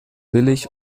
billig